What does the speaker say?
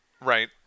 Right